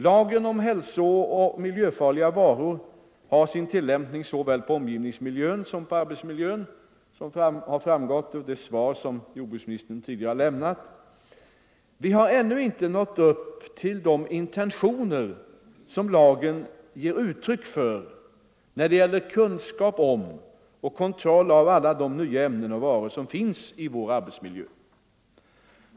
Lagen om hälsooch miljöfarliga varor har sin tillämpning såväl på omgivningsmiljön som på arbetsmiljön, såsom har framgått av det svar som jordbruksministern tidigare har lämnat. Vi har ännu inte nått upp till de intentioner som lagen ger uttryck för när det gäller kunskap om och kontroll av alla de nya ämnen och varor som finns i vår arbetsmiljö.